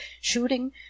shooting